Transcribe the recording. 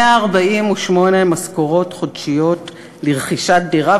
148 משכורות חודשיות לרכישת דירה,